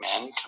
men